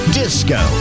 disco